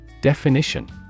Definition